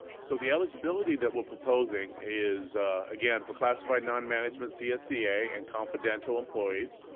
so the eligibility that we're proposing is again for classified non-management csea and confidential employees,